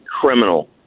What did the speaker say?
criminal